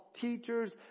teachers